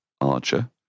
Archer